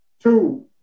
Two